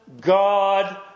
God